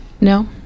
no